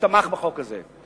שתמך בחוק הזה.